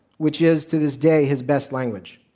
which is, to this day, his best language.